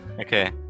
Okay